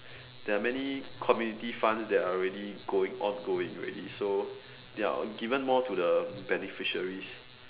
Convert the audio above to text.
there are many community funds that are already going on going already so they're given more to the beneficiaries